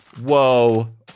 whoa